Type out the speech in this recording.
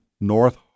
North